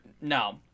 No